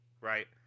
Right